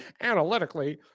analytically